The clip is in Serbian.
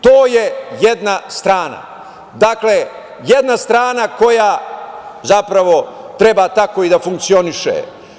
To je jedna strana, dakle, jedna strana koja zapravo treba tako i da funkcioniše.